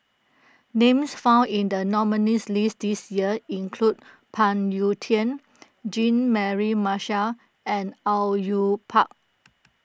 names found in the nominees' list this year include Phoon Yew Tien Jean Mary Marshall and Au Yue Pak